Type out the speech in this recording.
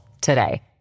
today